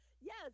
Yes